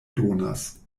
donas